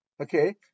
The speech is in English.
Okay